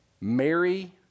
Mary